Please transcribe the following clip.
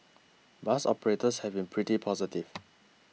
bus operators have been pretty positive